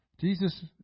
Jesus